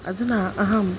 अधुना अहं